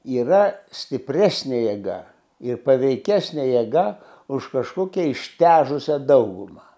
yra stipresnė jėga ir paveikesnė jėga už kažkokią ištežusią daugumą